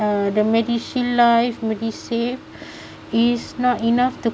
the the medishield life medisave is not enough to